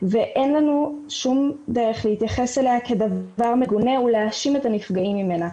ואין לנו שום דרך להתייחס אליה כדבר מגונה ולהאשים את הנפגעים ממנה.